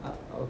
ah okay